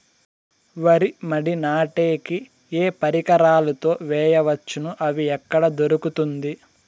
వరి మడి నాటే కి ఏ పరికరాలు తో వేయవచ్చును అవి ఎక్కడ దొరుకుతుంది?